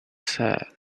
sad